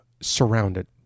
surrounded